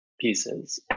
pieces